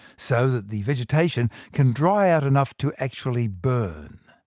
so that the vegetation can dry out enough to actually burn.